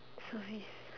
service